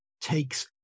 takes